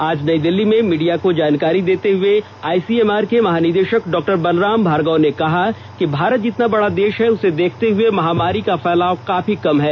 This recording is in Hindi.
आज नई दिल्ली में मीडिया को जानकारी देते हुए आईसीएमआर के महानिदेशक डॉ बलराम भार्गव ने कहा कि भारत जितना बड़ा देश है उसे देखते हुए महामारी का फैलाव काफी कम है